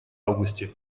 августе